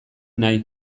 nahi